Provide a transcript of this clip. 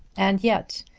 and yet,